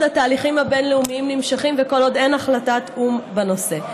התהליכים הבין-לאומיים נמשכים וכל עוד אין החלטת או"ם בנושא.